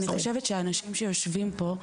אני חושבת שאנשים שיושבים פה,